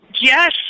Yes